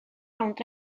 rownd